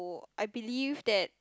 I believe that